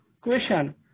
question